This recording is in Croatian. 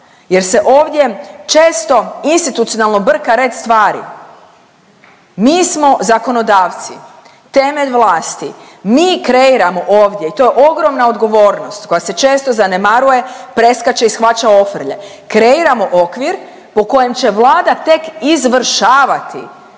jer se ovdje često institucionalno brka red stvari. Mi smo zakonodavci, temelj vlasti. Mi kreiramo ovdje i to je ogromna odgovornost koja se često zanemaruje, preskače i shvaća ofrlje, kreira okvir po kojem će Vlada tek izvršavati,